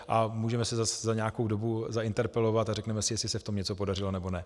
A můžeme se zase za nějakou dobu zainterpelovat a řekneme si, jestli se v tom něco podařilo, nebo ne.